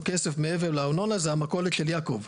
כסף מעבר לארנונה וזה המכולת של יעקב.